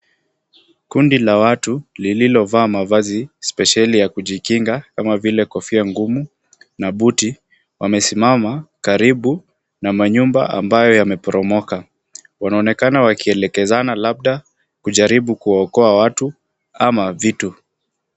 Kundi la watu lililovaa mavazi spesheli ya kujikinga kama vile kofia ngumu na buti wamesimama karibu na manyumba ambayo yameporomoka, wanaonekana wakielekezana labda kujaribu kuwaokoa watu ama vitu.